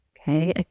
Okay